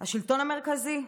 השלטון המרכזי,